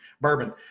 Bourbon